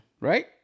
right